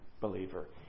believer